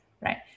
right